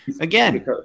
again